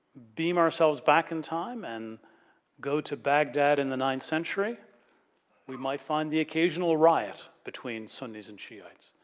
beam ourselves back in time and go to baghdad in the ninth century we might find the occasional riot between sunis and shiites.